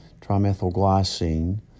trimethylglycine